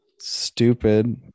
Stupid